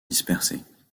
dispersées